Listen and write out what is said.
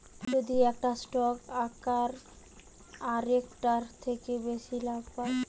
যদি একটা স্টক আরেকটার থেকে বেশি লাভ পায়